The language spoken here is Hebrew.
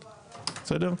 בסדר?